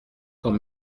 quand